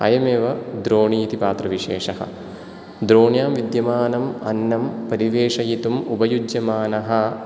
अयमेव द्रोणी इति पात्रविशेषः द्रोण्यां विद्यमानम् अन्नं परिवेषयितुम् उपयुज्यमानः